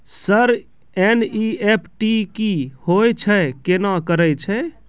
Sir NEFT की होय छै, केना करे छै?